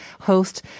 host